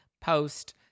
post